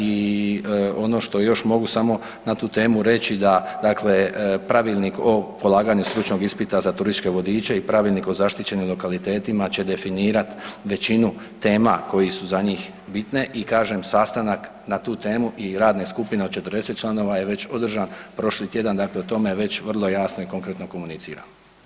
I ono što još mogu samo na tu temu reći da dakle Pravilnik o polaganju stručnog ispita za turističke vodiče i Pravilnik o zaštićenim lokalitetima će definirati većinu tema koje su za njih bitne i kažem, sastanak na tu temu i radne skupine od 40 članova je već održan prošli tjedan, dakle o tome već vrlo jasno i konkretno komuniciramo.